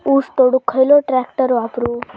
ऊस तोडुक खयलो ट्रॅक्टर वापरू?